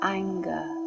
anger